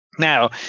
Now